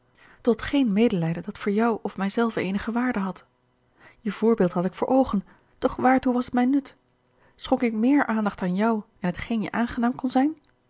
tot geen medelijden dat voor of mijzelve eenige waarde had je voorbeeld had ik voor oogen doch waartoe was het mij nut schonk ik meer aandacht aan jou en t geen je aangenaam kon zijn